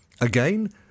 Again